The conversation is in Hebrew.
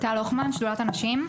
שדולת הנשים.